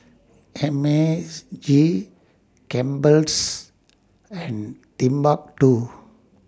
M as G Campbell's and Timbuk two